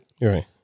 Right